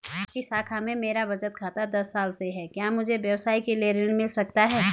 आपकी शाखा में मेरा बचत खाता दस साल से है क्या मुझे व्यवसाय के लिए ऋण मिल सकता है?